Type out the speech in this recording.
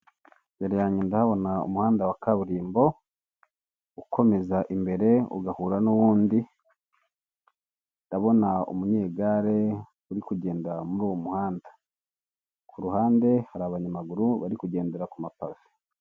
Imbere yanjye ndahabona umuhanda wa kaburimbo ukomeza imbere ugahura n'uwundi, ndabona umunyegare uri kugendera muri uwo muhanda ku ruhande hari abanyamaguru bari kugendera ku mapave.